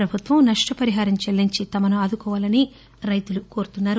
ప్రభుత్వం నష్టపరిహారం చెల్లించి తమను ఆదుకోవాలని రైతులు కోరుతున్నారు